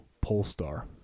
Polestar